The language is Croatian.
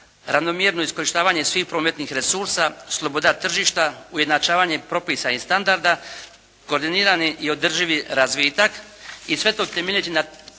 ravnomjerno iskorištavanje svih prometnih resursa, sloboda tržišta, ujednačavanje propisa i standarda, koordinirani i održivi razvitak i sve to temeljiti na